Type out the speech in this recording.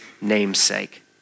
namesake